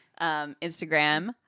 Instagram